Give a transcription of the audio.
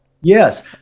Yes